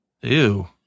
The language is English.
Ew